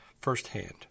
firsthand